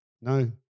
No